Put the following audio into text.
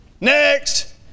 Next